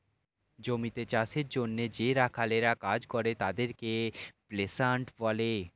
জমিতে চাষের জন্যে যে রাখালরা কাজ করে তাদেরকে পেস্যান্ট বলে